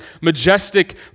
majestic